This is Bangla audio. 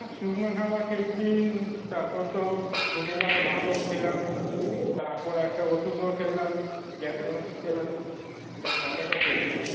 হ্যাঁ শুকনো খাবার খেয়েছি তারপর তো দুপুরবেলা ভাতও খেলাম তারপর একটা ওষুধও খেলাম গ্যাসের ওষুধ খেলাম কিন্তু ব্যথা তো কমছে না